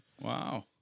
Wow